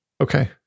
Okay